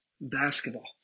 basketball